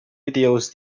videos